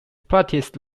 practiced